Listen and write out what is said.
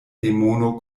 demono